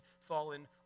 fallen